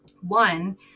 one